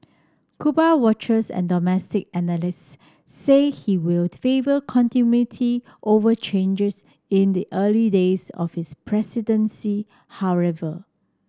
Cuba watchers and domestic analysts say he will favour continuity over changers in the early days of his presidency however